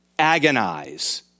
agonize